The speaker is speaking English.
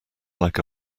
like